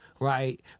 right